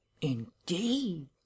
indeed